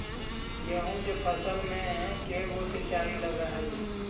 गेहूं के फसल मे के गो सिंचाई लग हय?